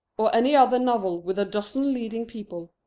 or any other novel with a dozen leading people.